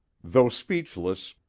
though speechless,